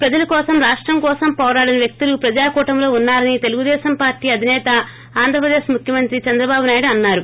ప్రజల కోసం రాష్షం కోసం పోరాడిన వ్యక్తులు ప్రజాకూటమిలో ఉన్నారని తెలుగు దేశం పార్షీ అధినేత ఆంధ్రప్రదేశ్ ముఖ్యమంత్రి చంద్రబాబు నాయుడు అన్నారు